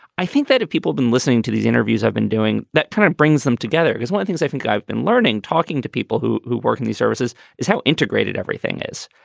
i think that if people been listening to these interviews i've been doing, that kind of brings them together. because one thing, things i think i've been learning, talking to people who who work in these services is how integrated everything is.